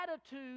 attitude